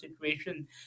situation